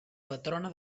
patrona